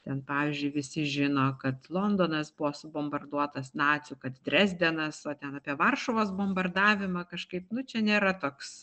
ten pavyzdžiui visi žino kad londonas buvo subombarduotas nacių kad drezdenas o ten apie varšuvos bombardavimą kažkaip nu čia nėra toks